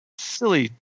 Silly